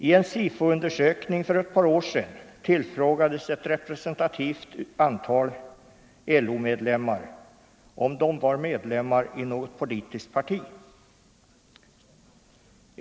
I en SIFO-undersökning för ett par år sedan tillfrågades ett representativt antal LO-medlemmar om de var medlemmar i något politiskt parti.